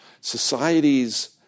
Societies